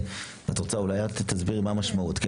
את רוצה אולי את תסבירי מה המשמעות?